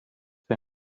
sand